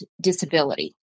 disability